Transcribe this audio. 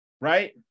right